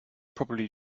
probably